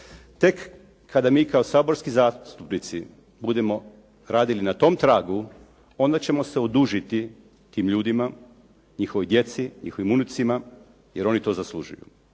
Tek kada mi kao saborski zastupnici budemo radili na tom tragu, onda ćemo se odužiti tim ljudima, njihovoj djeci, njihovim unucima jer oni to zaslužuju.